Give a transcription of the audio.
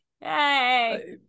hey